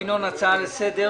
ינון, הצעה לסדר,